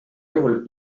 juhul